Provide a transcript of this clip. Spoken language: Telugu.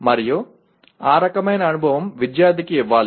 మరియు ఆ రకమైన అనుభవం విద్యార్థికి ఇవ్వాలి